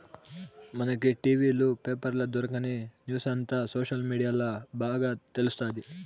మనకి టి.వీ లు, పేపర్ల దొరకని న్యూసంతా సోషల్ మీడియాల్ల బాగా తెలుస్తాది